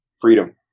Freedom